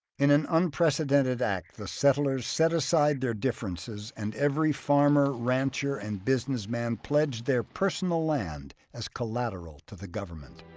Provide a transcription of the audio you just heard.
in an unprecedented act the settlers set aside their differences and every farmer, rancher and businessman pledged their personal land as collateral to the government.